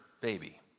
baby